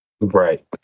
Right